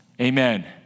Amen